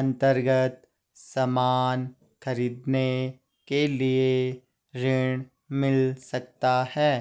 अन्तर्गत सामान खरीदने के लिए ऋण मिल सकता है?